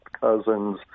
cousins